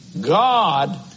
God